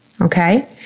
okay